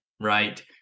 right